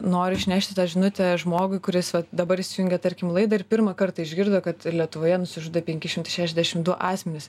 noriu išnešti tą žinutę žmogui kuris dabar įsijungė tarkim laidą ir pirmą kartą išgirdo kad lietuvoje nusižudė penki šimtai šešiasdešim du asmenys